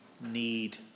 need